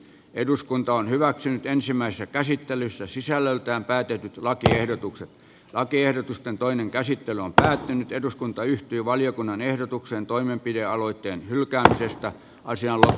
voittaa on hyväksynyt ensimmäisessä käsittelyssä sisällöltään päädyt lakiehdotukset lakiehdotusten toinen käsittely on päättynyt eduskunta yhtyi valiokunnan ehdotukseen toimenpidealoitteen hylkäämisestä voisi hylätty